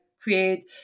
create